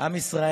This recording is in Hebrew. נאים הדברים.